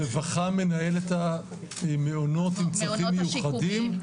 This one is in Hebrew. הרווחה מנהלת את המעונות עם צרכים מיוחדים,